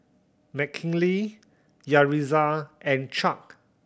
Mckinley Yaritza and Chuck